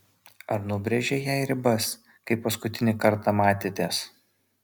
ar nubrėžei jai ribas kai paskutinį kartą matėtės